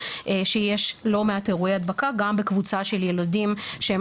שיש לא מעט אירוע הדבקה גם בקבוצה של ילדים שהם